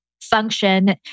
function